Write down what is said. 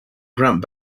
grant